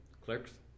Clerks